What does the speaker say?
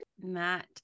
Matt